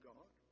God